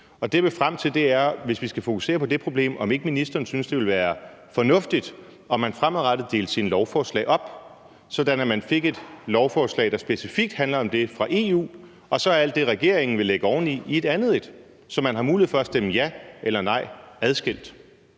jeg vil frem til, er, hvis vi skal fokusere på det problem, om ikke ministeren så synes, at det vil være fornuftigt, om man fremadrettet delte sine lovforslag op, sådan at man får et lovforslag, der specifikt handler om det fra EU, og så alt det, som regeringen vil lægge oven i et andet, så man har mulighed for at stemme ja eller nej adskilt?